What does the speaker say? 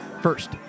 First